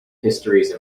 histories